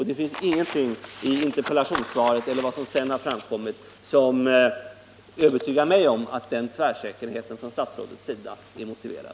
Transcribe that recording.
Det finns ingenting i interpellationssvaret eller i det som sedan har framkommit som övertygar mig om att den tvärsäkerheten från statsrådets sida är motiverad.